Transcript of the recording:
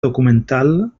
documental